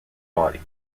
body